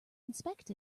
inspect